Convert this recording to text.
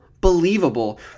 believable